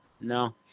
No